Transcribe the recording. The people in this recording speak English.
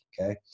okay